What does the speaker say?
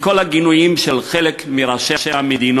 עם כל הגינויים של חלק מראשי המדינות,